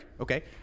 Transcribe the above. Okay